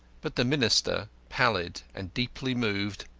but the minister, pallid and deeply moved,